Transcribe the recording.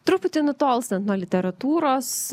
truputį nutolstant nuo literatūros